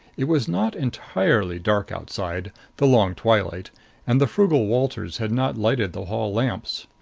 it was not entirely dark outside the long twilight and the frugal walters had not lighted the hall lamps.